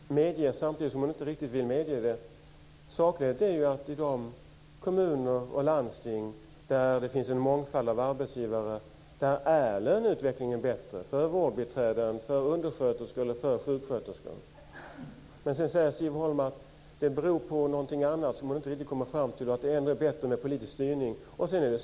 Fru talman! Svaret är lite vacklande även om Siv Holma inte vill medge det. Sakläget är att i de kommuner och landsting där det finns en mångfald av arbetsgivare är löneutvecklingen bättre för vårdbiträden, för undersköterskor och för sjuksköterskor. Siv Holma säger att det beror på någonting annat, som hon inte riktigt kommer fram till, och att det ändå är bättre med politisk styrning.